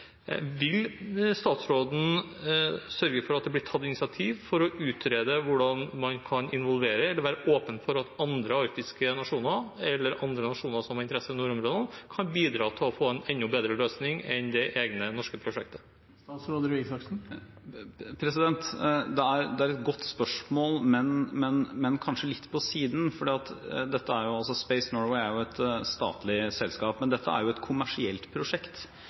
Vil statsråden sørge for at det blir tatt initiativ for å utrede hvordan man kan åpne for at andre arktiske nasjoner eller andre nasjoner som har interesse i nordområdene, kan bidra til å få en enda bedre løsning enn det egne norske prosjektet? Det er et godt spørsmål, men kanskje litt på siden, for Space Norway er et statlig selskap, men det er et kommersielt prosjekt.